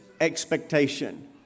expectation